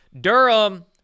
Durham